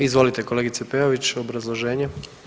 Izvolite kolegice Peović, obrazloženje.